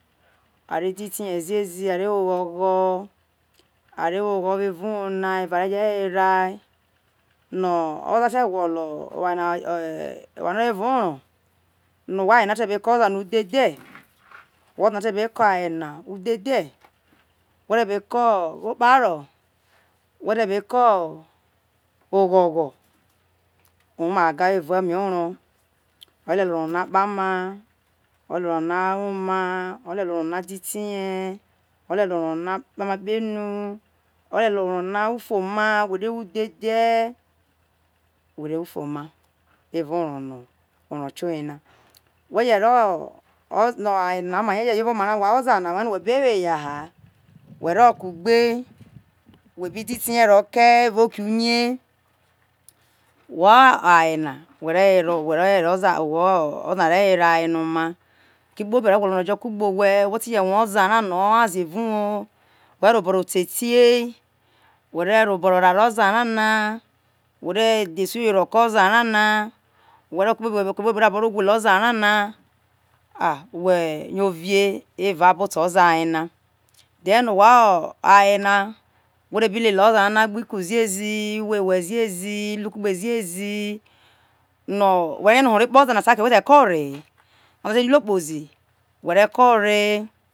a re diti ye ziezi are wo oghaghi are wo ogho gho evao uwo na evareje weria no oza te gwolo oware no oro evao oro no oza na te be ko oza ne udhedhe whe oza na te, be ke aye na udhedhe we te be obokparo whe te be keo oghogho owoma gaga evao eme oro ore lelie oro na ditihe ore lelie oro na kpama kpe ru ore lelie oro na wo ufu ome we re wo udhedhe abo ufuoma avo oro, oro tioye na oje ro whe omara aye na je jo oma oza na rue whe be we we be wo eya ha wero ku gbei we bi ditihe ro kei erao oke uye wa aye na we re were oza na oza na re were aye na oma oke kpobi ore gwolo zo o re jo kugbe owhe we ti je rue oza no o nyaze erao uwo were ro oboro te tei whe re ro obo ro ta rie oza ra na were dhese uyoyo ro ke oza ra na no wero oke kpobi whe be ro bo ro gwolo oza ra na a whe yo ovie evao abo to oza yena then wao aye na whe te bi lele oza rana ghi ike ziezi wie we ziezi luku ghe ziezi no we rie no oho re kpe oza na tao whe te ko orehe were koi ore.